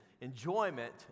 enjoyment